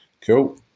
Cool